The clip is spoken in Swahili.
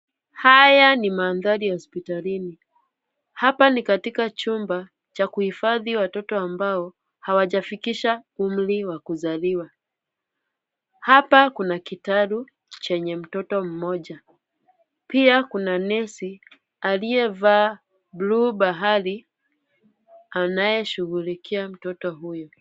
Haya ni mandhari ya hospitalini. Hapa ni katika chumba cha kuhifadhi watoto ambao hawajafikisha umri wa kuzaliwa. Hapa kuna kitaru chenye mtoto mmoja, pia kuna nesi aliyevaa bluu bahari anayeshughulikia mtoto huyu.